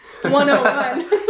101